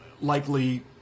likely